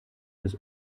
des